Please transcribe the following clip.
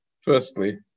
Firstly